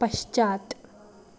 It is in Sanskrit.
पश्चात्